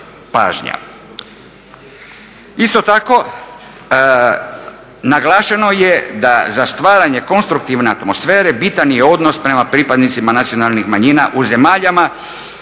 pažnja. Isto tako, naglašeno je da za stvaranje konstruktivne atmosfere bitan je odnos prema pripadnicima nacionalnih manjina u zemljama